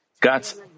God's